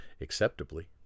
acceptably